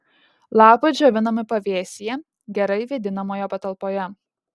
lapai džiovinami pavėsyje gerai vėdinamoje patalpoje